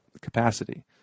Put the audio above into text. capacity